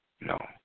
No